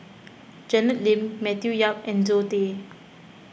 Janet Lim Matthew Yap and Zoe Tay